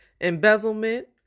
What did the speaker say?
embezzlement